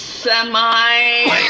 semi-